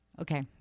Okay